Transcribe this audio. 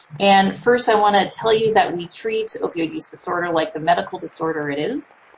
and first i want to tell you that we treat opioid use disorder like the medical disorder it is.